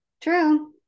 true